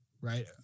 right